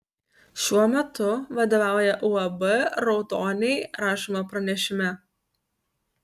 šiuo metu vadovauja uab raudoniai rašoma pranešime